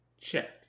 Check